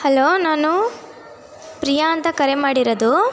hello ನಾನು ಪ್ರಿಯಾ ಅಂತ ಕರೆ ಮಾಡಿರೋದು